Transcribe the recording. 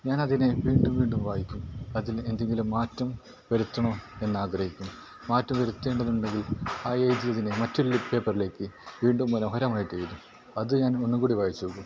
ഞാനതിനെ വീണ്ടും വീണ്ടും വായിക്കും അതിന് എന്തെങ്കിലും മാറ്റം വരുത്തണോ എന്നാഗ്രഹിക്കും മാറ്റം വരുത്തേണ്ടതുണ്ടെങ്കിൽ ആ എഴുതിയതിനെ മറ്റൊരു പേപ്പറിലേക്ക് വീണ്ടും മനോഹരമായിട്ട് എഴുതും അത് ഞാൻ ഒന്നും കൂടി വായിച്ച് നോക്കും